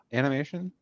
animation